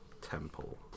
temple